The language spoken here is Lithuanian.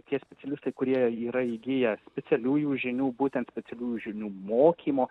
tie specialistai kurie yra įgiję specialiųjų žinių būtent specialiųjų žinių mokymo